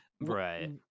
Right